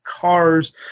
cars